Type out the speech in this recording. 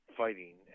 fighting